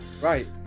Right